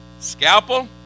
scalpel